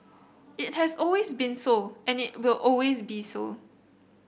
it has always been so and it will always be so